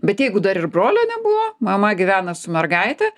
bet jeigu dar ir brolio nebuvo mama gyvena su mergaite